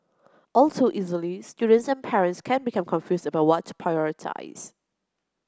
all too easily students and parents can become confused about what to prioritise